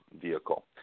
vehicle